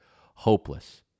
hopeless